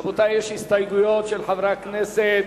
רבותי, יש הסתייגויות של חברי הכנסת